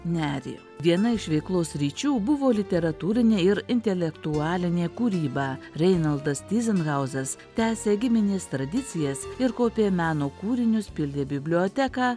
nerį viena iš veiklos sričių buvo literatūrinė ir intelektualinė kūryba reinaldas tyzenhauzas tęsė giminės tradicijas ir kaupė meno kūrinius pildė biblioteką